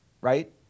right